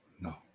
No